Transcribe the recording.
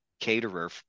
caterer